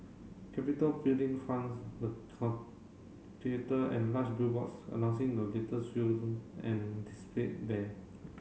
capitol Building fronts the theatre and large billboards announcing the latest films and displayed there